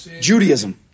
Judaism